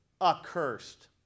accursed